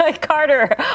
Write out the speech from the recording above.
Carter